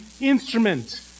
instrument